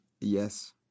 Yes